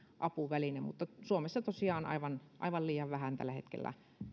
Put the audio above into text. apuväline mutta suomessa se on tosiaan aivan liian vähän tällä hetkellä